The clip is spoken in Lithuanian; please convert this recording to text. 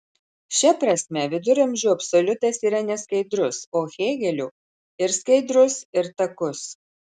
šia prasme viduramžių absoliutas yra neskaidrus o hėgelio ir skaidrus ir takus